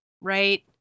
right